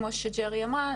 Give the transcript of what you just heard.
כמו שג'רי אמרה,